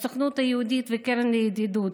הסוכנות היהודית והקרן לידידות,